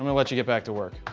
um and let you get back to work.